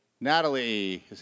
Natalie